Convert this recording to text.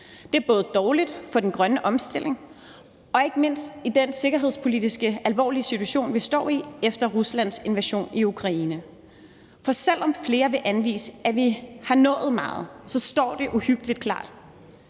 Det er både dårligt for den grønne omstilling og ikke mindst i forhold til den sikkerhedspolitisk alvorlige situation vi står i efter Ruslands invasion af Ukraine. For selv om flere vil anvise, at vi har nået meget, så står det uhyggeligt klart,